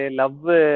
love